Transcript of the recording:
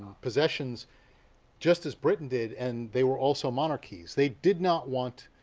possessions just as britain did, and they were also monarchies. they did not want